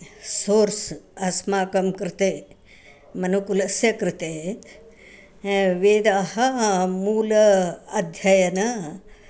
source अस्माकं कृते मनुकुलस्य कृते वेदाः मूल अध्ययन